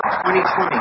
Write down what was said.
2020